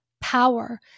power